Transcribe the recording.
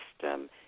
system